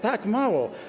Tak, mało.